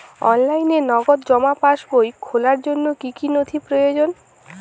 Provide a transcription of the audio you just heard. অনলাইনে নগদ জমা পাসবই খোলার জন্য কী কী নথি প্রয়োজন?